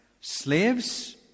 Slaves